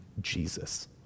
Jesus